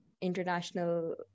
international